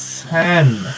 ten